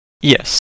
Yes